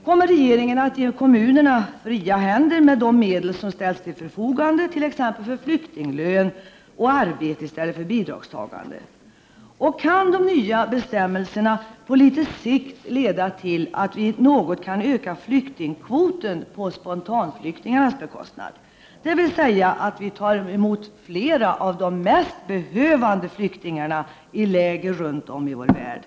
Kommer regeringen att ge kommunerna fria händer med de medel som ställts till förfogande, t.ex. för flyktinglön och för arbete i stället för bidragstagande? Kan de nya bestämmelserna på litet sikt leda till att vi kan öka flyktingkvoten något på spontanflyktingarnas bekostnad? Det skulle innebära att vi kunde ta emot flera av de mest behövande flyktingarna från läger runt om i vår värld.